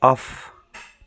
off